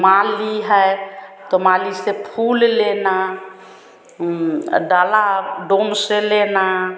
माली है तो माली से फूल लेना डाला डोम से लेना